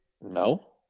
no